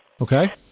Okay